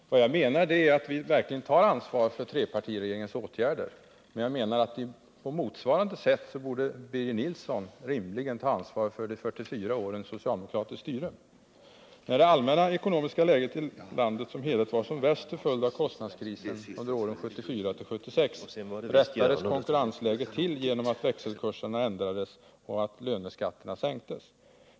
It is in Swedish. Herr talman! Vad jag menar är att vi verkligen tar ansvar för trepartiregeringens åtgärder, och att Birger Nilsson och hans parti på motsvarande sätt rimligen borde ta ansvar för de 44 åren av socialdemokratiskt styre. När det allmänna ekonomiska läget i landet som helhet var som värst till följd av kostnadskrisen under åren 1974-1976 rättades konkurrensläget till genom att växelkursen ändrades och löneskatterna sänktes.